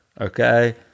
okay